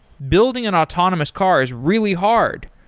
building an autonomous car is really hard,